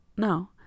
No